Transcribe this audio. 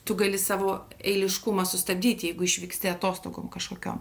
tu gali savo eiliškumą sustabdyti jeigu išvyksti atostogom kažkokiom